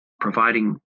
providing